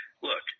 look